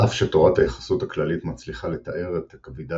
על אף שתורת היחסות הכללית מצליחה לתאר את הכבידה